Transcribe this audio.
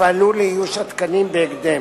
יפעלו לאיוש התקנים בהקדם.